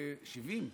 70,